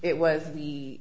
it was the